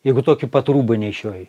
jeigu tokiu pat rūbu nešioji